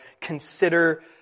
consider